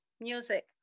music